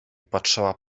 patrzała